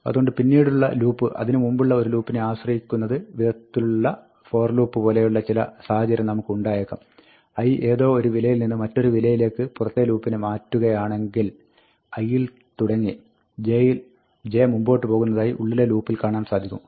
അതുകൊണ്ട് പിന്നീടുള്ള ലൂപ്പ് അതിന് മുമ്പുള്ള ഒരു ലൂപ്പിനെ ആശ്രയിക്കുന്നത് വിധത്തിലുള്ള for loop പോലെയുള്ള ചില സാഹചര്യം നമുക്ക് ഉണ്ടായേക്കാം i ഏതോ ഒരു വിലയിൽ നിന്ന് മറ്റൊരു വിലയിലേക്ക് പുറത്തെ ലൂപ്പിനെ മാറ്റകയാണെങ്കിൽ i യിൽ തുടങ്ങി j മുമ്പോട്ട് പോകുന്നതായി ഉള്ളിലെ ലൂപ്പിൽ കാണാൻ സാധിക്കും